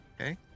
Okay